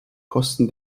kosten